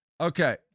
Okay